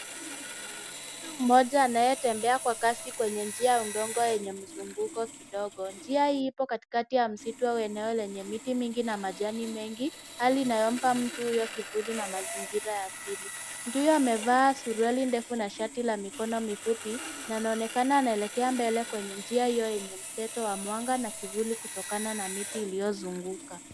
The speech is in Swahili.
Mtu mmoja anayetembea kwa kasi kwenye njia ya udongo yenye mzunguko kidogo, njia hii ipo katikati ya msitu au eneo lenye miti mingi na majani mengi, hali inayompa mtu huyo kivuli na mazingira ya asili. Mtu huyo amevaa suruali ndefu na shati la mikono mifupi na anaonekana anaelekea mbele kwenye njia hiyo yenye mseto wa mwanga, na kivuli kutokana na miti iliyozunguka.